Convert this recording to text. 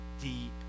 deep